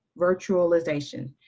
Virtualization